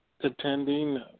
attending